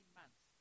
months